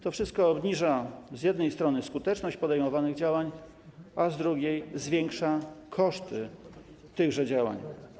To wszystko obniża z jednej strony skuteczność podejmowanych działań, a z drugiej zwiększa koszty tychże działań.